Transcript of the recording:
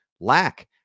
lack